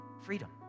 freedom